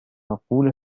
أقول